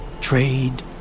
trade